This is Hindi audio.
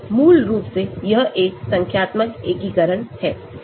मूल रूप से यह एक संख्यात्मक एकीकरण है